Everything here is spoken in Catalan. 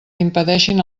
impedeixin